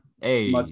hey